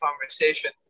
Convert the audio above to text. conversation